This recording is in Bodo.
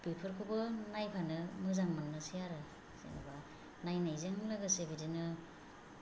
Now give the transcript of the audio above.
बेफोरखौबो नायफानो मोजां मोननोसै आरो जेनेबा नायनायजों लोगोसे बिदिनो